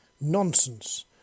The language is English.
Nonsense